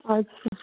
آد سا